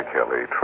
Kelly